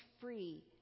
free